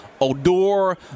Odor